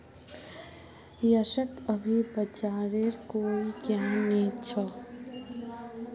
यशक अभी बाजारेर कोई ज्ञान नी छ